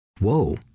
whoa